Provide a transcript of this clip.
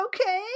okay